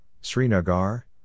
Srinagar